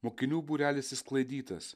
mokinių būrelis išsklaidytas